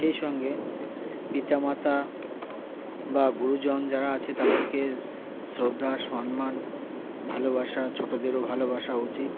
সেই সঙ্গে পিতা মাতা বা গুরুজন যারা আছে তাদেরকে শ্রদ্ধা সম্মান ভালোবাসা ছোটদেরও ভালোবাসা উচিত